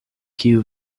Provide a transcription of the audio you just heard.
kiu